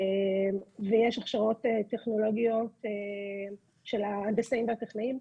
ויש הכשרות טכנולוגיות של ההנדסאים והטכנאים.